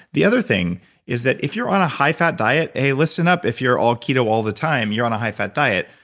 the other thing is that if you're on a high fat diet, hey listen up, if you're all keto all the time, you're on a high fat diet,